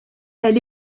elle